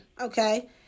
Okay